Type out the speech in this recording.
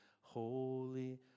holy